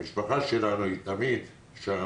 המשפחה שלנו היא תמיד שם,